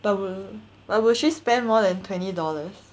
but will but will she spend more than twenty dollars